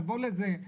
תבוא לזה,